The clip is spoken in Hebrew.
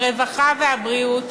הרווחה והבריאות,